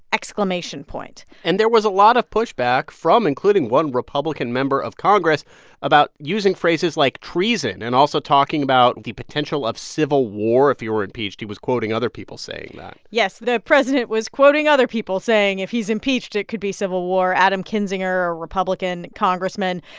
exclamation point and there was a lot of pushback from including one republican member of congress about using phrases like treason and also talking about the potential of civil war if he were impeached. he was quoting other people saying that yes, the president was quoting other people saying if he's impeached, it could be civil war. adam kinzinger, a republican congressman,